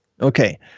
Okay